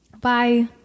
Bye